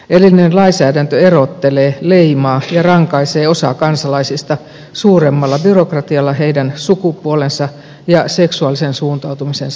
erillinen lainsäädäntö erottelee leimaa ja rankaisee osaa kansalaisista suuremmalla byrokratialla heidän sukupuolensa ja seksuaalisen suuntautumisensa vuoksi